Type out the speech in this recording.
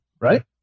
Right